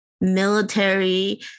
military